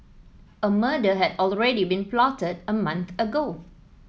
a murder had already been plotted a month ago